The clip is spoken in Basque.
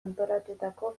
antolatutako